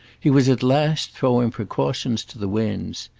he was at last throwing precautions to the winds.